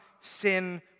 sin